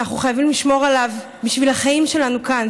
שאנחנו חייבים לשמור עליו בשביל החיים שלנו כאן.